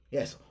Yes